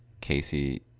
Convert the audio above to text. Casey